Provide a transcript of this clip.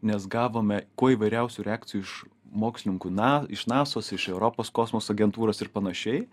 nes gavome kuo įvairiausių reakcijų iš mokslininkų na iš nasos iš europos kosmoso agentūros ir panašiai